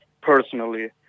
personally